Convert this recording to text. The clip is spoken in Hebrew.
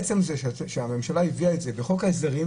עצם זה שהממשלה הביאה את זה בחוק ההסדרים,